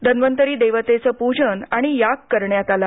धन्वंतरी देवतेचं पूजन आणि याग करण्यात आला